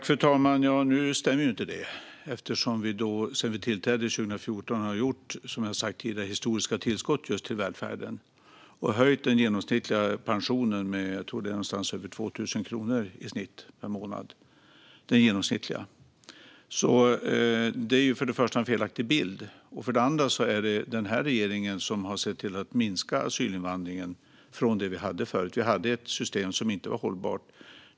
Fru talman! Nu stämmer inte det. Sedan regeringen tillträdde 2014 har vi gjort, som jag har sagt tidigare, historiska tillskott till välfärden. Vi har höjt pensionen med i snitt över 2 000 kronor per månad. För det första är det en felaktig bild. För det andra har den här regeringen sett till att minska asylinvandringen från den som var tidigare. Då var det ett system som inte var hållbart.